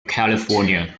california